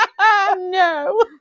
No